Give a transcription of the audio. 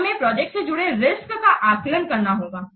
फिर हमें प्रोजेक्ट से जुड़े रिस्क का आकलन करना होगा